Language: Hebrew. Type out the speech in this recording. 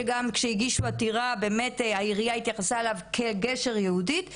שגם כשהגישו עתירה באמת העיריה התייחסה אליו כגשר יהודית,